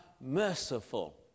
merciful